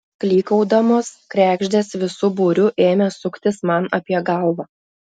klykaudamos kregždės visu būriu ėmė suktis man apie galvą